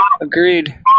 Agreed